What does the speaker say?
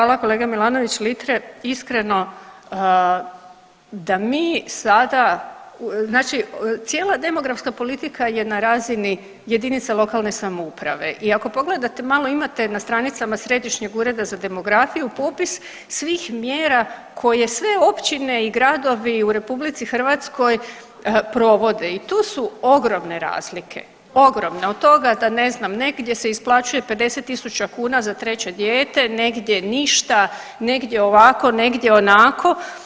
Hvala kolega Milanović Litre, iskreno da mi sada, znači cijela demografska politika je na razini JLS i ako pogledate malo imate na stranicama Središnjeg ureda za demografiju popis svih mjera koje sve općine i gradovi u RH provode i tu su ogromne razloge, ogromne, od toga da ne znam negdje se isplaćuje 50.000 kuna za treće dijete, negdje ništa, negdje ovako, negdje onako.